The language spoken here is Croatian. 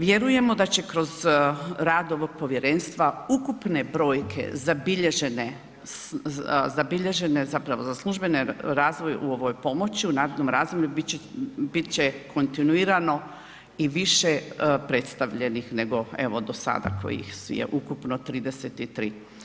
Vjerujemo da će kroz rad ovog povjerenstva ukupne brojke zabilježene zapravo za službeni razvoj u ovoj pomoći u narednom razdoblju bit će kontinuirano i više predstavljenih nego do sada kojih je ukupno 33.